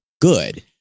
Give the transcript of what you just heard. good